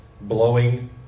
blowing